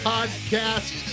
Podcast